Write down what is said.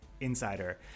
Insider